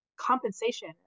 compensation